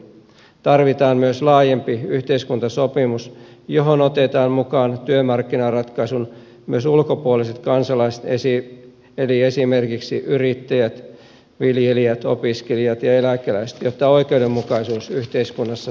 tarvitaan myös laajempi yhteiskuntasopimus johon otetaan mukaan myös työmarkkinaratkaisun ulkopuoliset kansalaiset eli esimerkiksi yrittäjät viljelijät opiskelijat ja eläkeläiset jotta oikeudenmukaisuus yhteiskunnassa säilyy